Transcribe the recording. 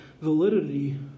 validity